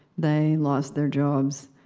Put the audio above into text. they lost their jobs.